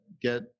get